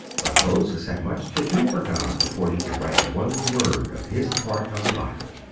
but moses had much to do for god before he could write one word of his part of the bible.